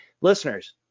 listeners